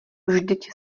vždyť